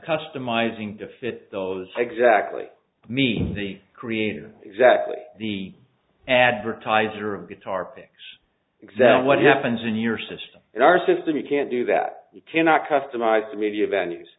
customizing to fit those exactly me the creator exactly the advertiser of guitar picks exactly what happens in your system in our system you can't do that you cannot customize the media venues